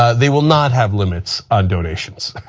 they will not have limits on donations.